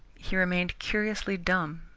he remained curiously dumb.